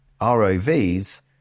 ROVs